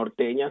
Norteña